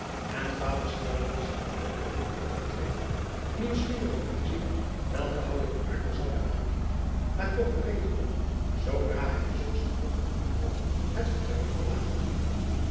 en vader syard was in een donkeren hoek teruggetreden nieuwsgierig om te zien welke houding arkel zoude aannemen maar toch gereed om zoodra hij zulks gevoeglijk doen kon het vertrek te verlaten